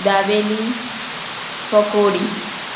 dabeli પકોડી